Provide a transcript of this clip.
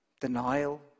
denial